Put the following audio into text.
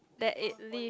that it leave